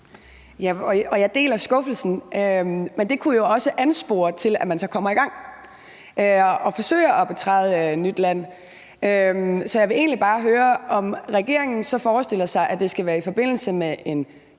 Jeg deler skuffelsen, men det kunne jo også anspore til, at man så kommer i gang og forsøger at betræde nyt land. Så jeg vil egentlig bare høre, om regeringen så forestiller sig, at det skal være i forbindelse med en